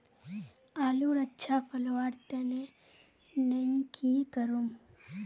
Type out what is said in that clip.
आलूर अच्छा फलवार तने नई की करूम?